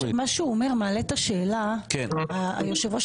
מה שהוא אומר מעלה שאלה והיושב ראש,